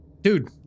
Dude